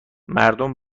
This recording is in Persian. مردم